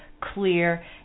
clear